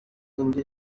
indi